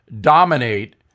dominate